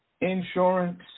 insurance